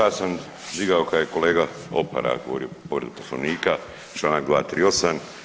Ja sam digao kada je kolega Opara govorio o povredi Poslovnika članak 238.